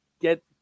get